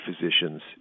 physicians